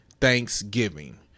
Thanksgiving